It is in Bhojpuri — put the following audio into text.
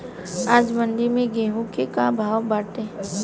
आज मंडी में गेहूँ के का भाव बाटे?